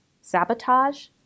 sabotage